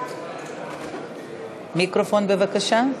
גברתי היושבת-ראש,